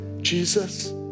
Jesus